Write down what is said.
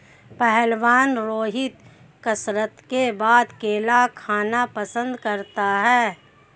पहलवान रोहित कसरत के बाद केला खाना पसंद करता है